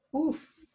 Oof